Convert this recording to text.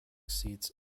seats